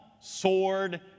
sword